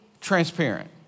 transparent